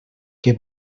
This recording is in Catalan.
que